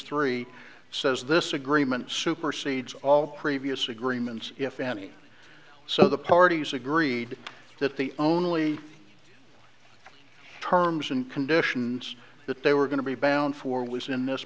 three says this agreement supersedes all previous agreements if any so the parties agreed that the only terms and conditions that they were going to be bound for was in this